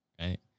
Right